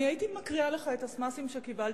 אני הייתי מקריאה לך את האס.אם.אסים שקיבלתי,